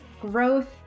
growth